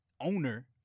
owner